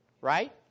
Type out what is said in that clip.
right